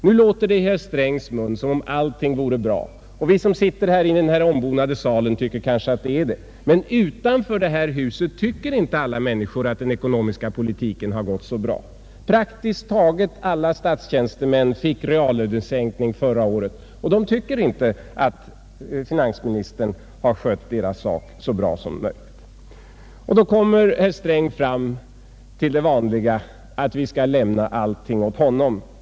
Det låter nu i herr Strängs mun som om allting vore bra, och vi som sitter här i denna ombonade sal tycker kanske att det är så. Men utanför detta hus tycker inte alla människor att den ekonomiska politiken har varit så bra. Praktiskt taget alla statstjänstemän fick reallönesänkning förra året, och de tycker inte att finansministern skött deras sak så bra som varit möjligt. Då kommer herr Sträng som vanligt fram till att vi skall lämna allting åt honom.